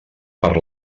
per